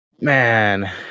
Man